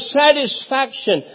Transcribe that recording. satisfaction